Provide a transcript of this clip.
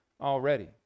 already